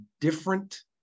different